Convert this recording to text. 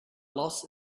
loss